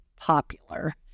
popular